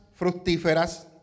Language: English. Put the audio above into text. fructíferas